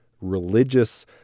religious